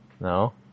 No